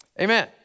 amen